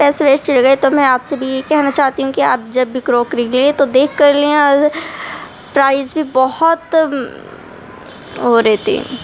پیسے ویسٹ چلے گئے تو میں آپ سے بھی یہی کہنا چاہتی ہوں کہ آپ جب بھی کراکری لیں تو دیکھ کر لیں اگر پرائز بھی بہت وہ رہتی